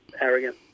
arrogant